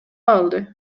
алды